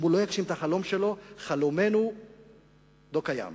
אם הוא לא יגשים את החלום שלו, חלומנו לא קיים.